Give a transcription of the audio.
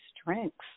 strengths